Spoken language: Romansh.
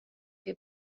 che